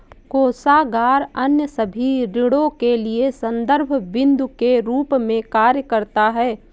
कोषागार अन्य सभी ऋणों के लिए संदर्भ बिन्दु के रूप में कार्य करता है